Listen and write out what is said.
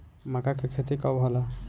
माका के खेती कब होला?